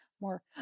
More